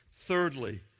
Thirdly